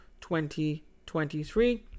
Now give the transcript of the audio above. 2023